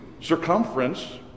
circumference